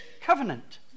covenant